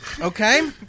Okay